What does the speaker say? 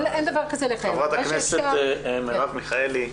חברת הכנסת מרב מיכאלי.